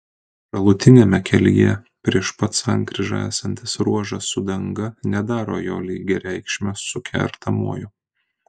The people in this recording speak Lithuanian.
šalutiniame kelyje prieš pat sankryžą esantis ruožas su danga nedaro jo lygiareikšmio su kertamuoju